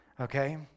Okay